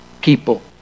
people